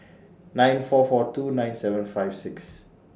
nine four four two nine seven five six